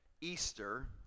Easter